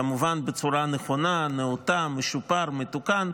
כמובן בצורה נכונה, נאותה, משופר, מתוקן,